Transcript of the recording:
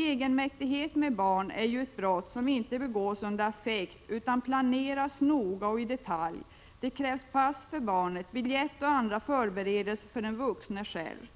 Egenmäktighet med barn är ju ett brott som inte begås under affekt utan som planeras noga, ja, i detalj. Det krävs pass för barnet samt biljett och andra förberedelser för den vuxne själv.